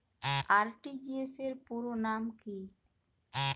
RTGS পুরো নাম কি?